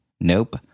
Nope